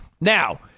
Now